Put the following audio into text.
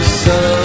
sun